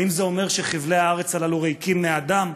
האם זה אומר שחבלי הארץ הללו ריקים מאדם?